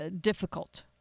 difficult